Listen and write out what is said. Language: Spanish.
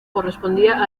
correspondía